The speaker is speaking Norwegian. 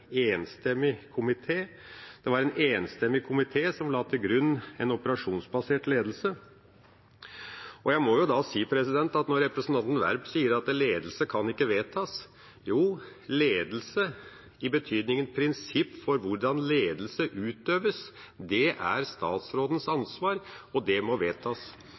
enstemmig komité som la til grunn en operasjonsbasert ledelse. Og da må jeg jo si når representanten Werp sier at «ledelse kan ikke vedtas»: Jo, ledelse i betydningen prinsipp for hvordan ledelse utøves, det er statsrådens ansvar, og det må vedtas.